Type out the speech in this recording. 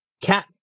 cat